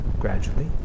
gradually